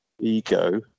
ego